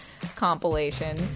compilation